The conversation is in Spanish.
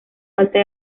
falta